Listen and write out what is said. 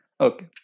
Okay